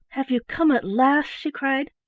have you come at last? she cried.